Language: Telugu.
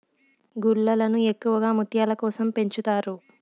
గుల్లలను ఎక్కువగా ముత్యాల కోసం పెంచుతారు